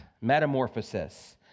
Metamorphosis